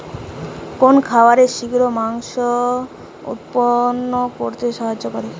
কোন খাবারে শিঘ্র মাংস উৎপন্ন করতে সাহায্য করে?